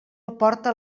aporta